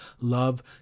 love